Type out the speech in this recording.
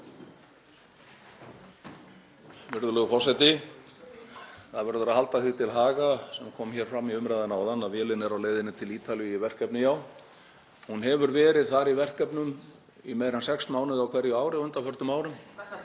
Það verður að halda því til haga, sem kom fram í umræðunni áðan, að vélin er á leiðinni til Ítalíu í verkefni; hún hefur verið þar í verkefnum í meira en sex mánuði á hverju ári á undanförnum árum.